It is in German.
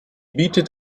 bietet